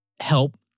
help